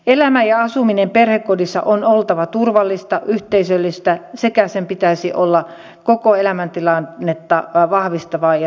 elämä ja asuminen perhekodissa on oltava turvallista yhteisöllistä sekä sen pitäisi olla koko elämäntilannetta vahvistavaa ja tukevaa